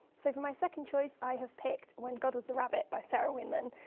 so for my second choice i have picked when god was a rabbit by sarah winman.